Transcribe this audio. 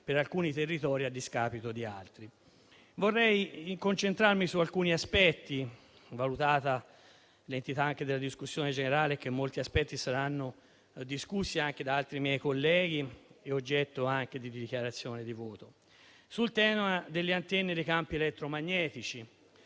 per alcuni territori, a discapito di altri. Vorrei concentrarmi su alcuni aspetti, valutata l'entità anche della discussione generale, in cui altri aspetti saranno discussi da altri miei colleghi e oggetto anche di dichiarazione di voto. A proposito del tema delle antenne e dei campi elettromagnetici,